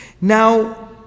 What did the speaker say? Now